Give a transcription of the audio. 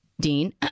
Dean